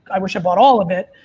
i wish i bought all of it.